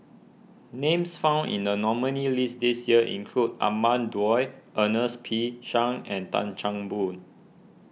names found in the nominees' list this year include Ahmad Daud Ernest P Shanks and Tan Chan Boon